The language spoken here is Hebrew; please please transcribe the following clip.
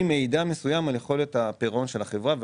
מידע מסוים על יכולת הפירעון של החברה.